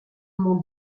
mon